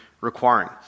requiring